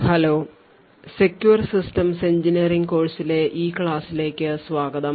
hello secure systems engineering കോഴ്സിലെ ഈ ക്ലാസ്സിലേക്ക് സ്വാഗതം